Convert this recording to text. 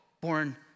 born